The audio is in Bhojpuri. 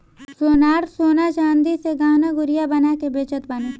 सोनार सोना चांदी से गहना गुरिया बना के बेचत बाने